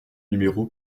numéro